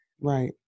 Right